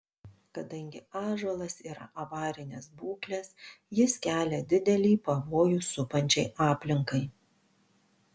kadangi ąžuolas yra avarinės būklės jis kelia didelį pavojų supančiai aplinkai